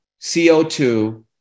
CO2